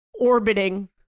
orbiting